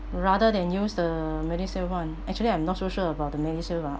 rather than use the medishield one actually I'm not so sure about the medishield ah